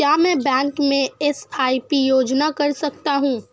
क्या मैं बैंक में एस.आई.पी योजना कर सकता हूँ?